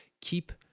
keep